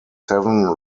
seven